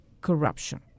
corruption